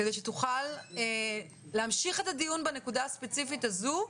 כדי שהיא תוכל להמשיך את הדיון בנקודה הספציפית הזאת,